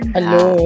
Hello